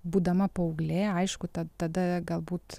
būdama paauglė aišku ta tada galbūt